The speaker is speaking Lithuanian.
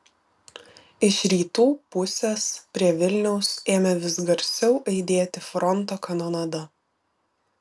iš rytų pusės prie vilniaus ėmė vis garsiau aidėti fronto kanonada